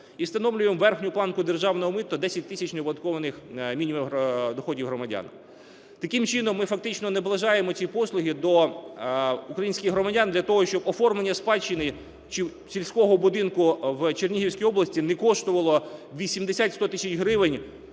і встановлюємо верхню планку державного мита 10 тисяч неоподаткованих мінімумів доходів громадянам. Таким чином, ми фактично наближаємо ці послуги до українських громадян, для того, щоб оформлення спадщини чи сільського будинку в Чернігівській області не коштувало 80-100 тисяч гривень